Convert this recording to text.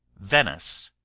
venice.